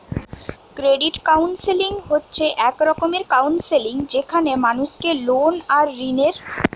credit counselling হচ্ছে এক রকমের কাউন্সেলিং যেখানে মানুষকে লোন আর ঋণের বেপারে বুঝানা হয়